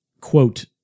quote